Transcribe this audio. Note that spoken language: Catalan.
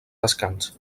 descans